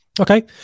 Okay